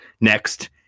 next